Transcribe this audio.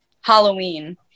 Halloween